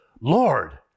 Lord